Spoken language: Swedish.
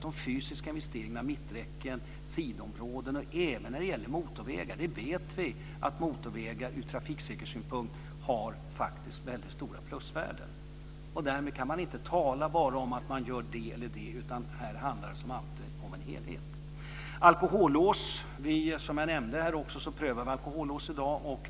De fysiska investeringarna med mitträcken, sidoområden och även motorvägar är viktiga. Vi vet att motorvägar ur trafiksäkerhetssynpunkt har stora plusvärden. Därmed kan man inte bara tala om att man gör det ena eller andra, utan här handlar det som alltid om en helhet. Som jag nämnde här också så prövar vi alkohollås i dag.